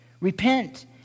Repent